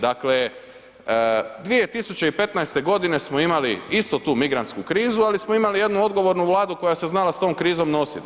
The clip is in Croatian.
Dakle, 2015. godine smo imali isto tu migrantsku krizu ali smo imali jednu odgovornu Vladu koja se znala sa tom krizom nositi.